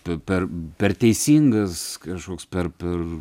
per per teisingas kažkoks per per